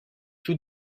tout